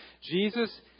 Jesus